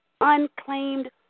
unclaimed